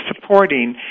supporting